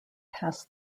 pass